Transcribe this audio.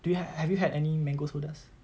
do you have have you had any mango sodas